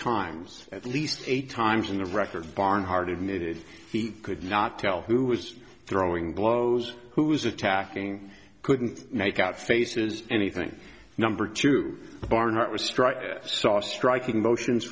times at least eight times in the record barnhart admitted he could not tell who was throwing blows who's attacking couldn't make out faces anything number two barnhart restrike saw striking motions